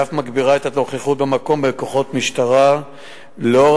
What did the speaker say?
ואף מגביר את הנוכחות במקום בכוחות משטרה לנוכח